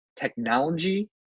technology